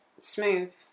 smooth